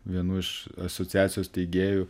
vienų iš asociacijos steigėjų